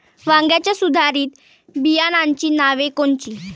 वांग्याच्या सुधारित बियाणांची नावे कोनची?